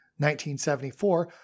1974